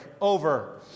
over